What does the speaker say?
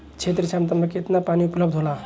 क्षेत्र क्षमता में केतना पानी उपलब्ध होला?